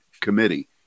committee